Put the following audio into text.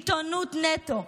עיתונות נטו".